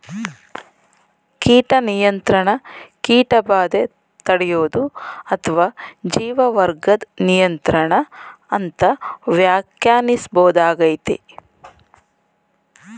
ಕೀಟ ನಿಯಂತ್ರಣ ಕೀಟಬಾಧೆ ತಡ್ಯೋದು ಅತ್ವ ಜೀವವರ್ಗದ್ ನಿಯಂತ್ರಣ ಅಂತ ವ್ಯಾಖ್ಯಾನಿಸ್ಬೋದಾಗಯ್ತೆ